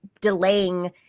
delaying